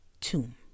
tomb